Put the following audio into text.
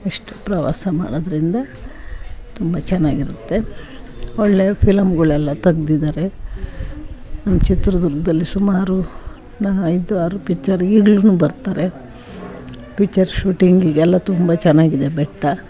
ಇಷ್ಟು ಪ್ರವಾಸ ಮಾಡೋದರಿಂದ ತುಂಬ ಚೆನ್ನಾಗಿರುತ್ತೆ ಒಳ್ಳೆಯ ಫಿಲಂಗಳೆಲ್ಲ ತೆಗ್ದಿದಾರೆ ನಮ್ಮ ಚಿತ್ರದುರ್ಗದಲ್ಲಿ ಸುಮಾರು ನಾ ಐದು ಆರು ಪಿಕ್ಚರ್ಗೆ ಈಗ್ಲೂ ಬರ್ತಾರೆ ಪಿಕ್ಚರ್ ಶೂಟಿಂಗಿಗೆಲ್ಲ ತುಂಬ ಚೆನ್ನಾಗಿದೆ ಬೆಟ್ಟ